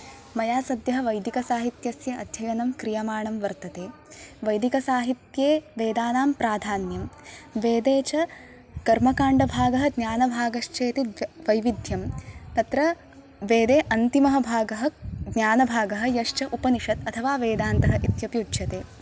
मया सद्यः वैदिकसाहित्यस्य अध्ययनं क्रियमाणं वर्तते वैदिकसाहित्ये वेदानां प्राधान्यं वेदे च कर्मकाण्डभागः ज्ञानभागश्चेति द्वैविध्यं तत्र वेदे अन्तिमः भागः ज्ञानभागः यश्च उपनिषत् अथवा वेदान्तः इति अपि उच्यते